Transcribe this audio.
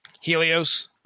Helios